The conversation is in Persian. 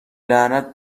لعنت